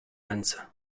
ręce